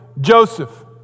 Joseph